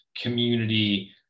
community